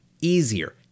easier